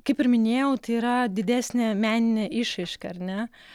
kaip ir minėjau tai yra didesnė meninė išraiška ar ne